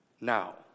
now